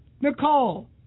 Nicole